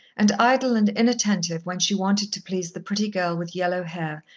and idle and inattentive when she wanted to please the pretty girl with yellow hair,